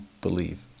believe